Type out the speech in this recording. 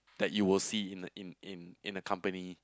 that it will see in a in in in a company